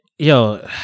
Yo